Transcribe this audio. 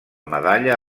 medalla